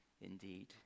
indeed